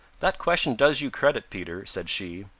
that question does you credit, peter, said she.